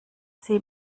sie